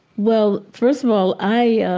well, first of all, i ah